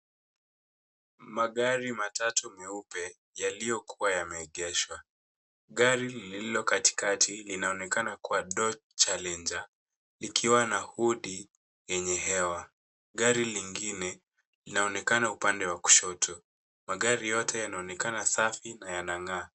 Magari matatu meupe, yaliyokuwa yameegeshwa. Gari lililo katikati linaonekana kuwa Dodge Challenger ikiwa na hudi yenye hewa. Gari lingine linaonekana upande wa kushoto, magari yote yanaonekana safi na yanang'aa.